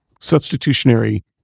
substitutionary